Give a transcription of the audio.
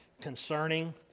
Concerning